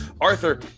Arthur